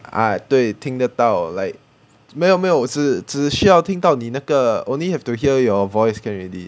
ah 对听得到 like 没有没有只只需要听到你那个 only have to hear your voice can already